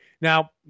Now